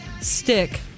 stick